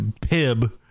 Pib